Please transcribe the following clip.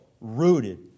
rooted